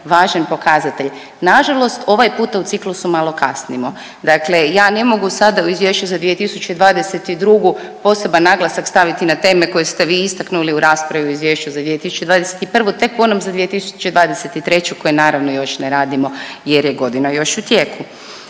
važan pokazatelj. Na žalost ovaj puta u ciklusu malo kasnimo. Dakle, ja ne mogu sada u Izvješću za 2022. poseban naglasak staviti na teme koje ste vi istaknuli u raspravi u Izvješću za 2021. Tek u onom za 2023. koji naravno još ne radimo jer je godina još u tijeku.